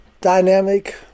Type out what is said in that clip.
dynamic